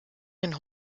hin